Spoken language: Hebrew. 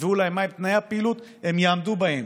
תקבעו להם מהם תנאי הפעילות, הם יעמדו בהם.